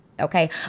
Okay